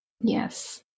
Yes